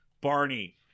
Barney